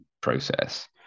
process